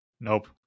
Nope